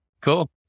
Cool